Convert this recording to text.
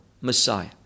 Messiah